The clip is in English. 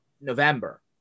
November